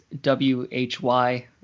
W-H-Y